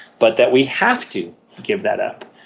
but that we have to give that up.